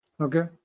Okay